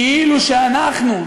כאילו אנחנו,